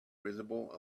visible